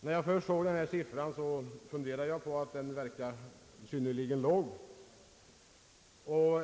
När jag först såg denna siffra funderade jag över att den verkade synnerligen låg.